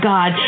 God